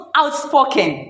outspoken